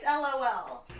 LOL